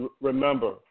Remember